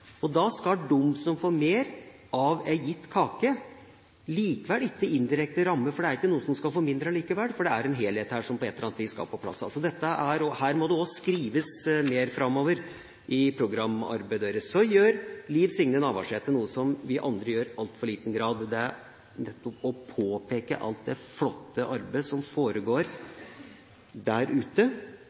Da skal de som får mer av en gitt kake, likevel ikke indirekte rammes, for det er ikke noen som får mindre allikevel. Det er en helhet her som på et eller annet vis skal på plass. Her må det også skrives mer i programarbeidet framover. Så gjør Liv Signe Navarsete noe som vi andre gjør i altfor liten grad – nettopp å påpeke alt det flotte arbeidet som foregår